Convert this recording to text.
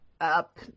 up